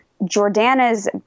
Jordana's